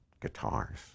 guitars